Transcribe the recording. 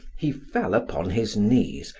he fell upon his knees,